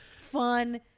fun